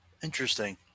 Interesting